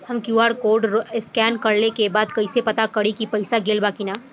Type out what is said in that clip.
हम QR code scan कइला के बाद कइसे पता करि की पईसा गेल बा की न?